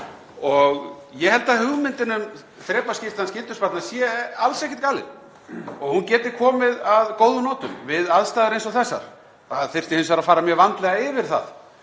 Ég held að hugmyndin um þrepaskiptan skyldusparnað sé alls ekki galin og að hún geti komið að góðum notum við aðstæður eins og þessar. Það þyrfti hins vegar að fara mjög vandlega yfir það